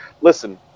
listen